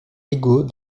égaux